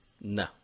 No